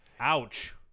Ouch